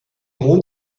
mond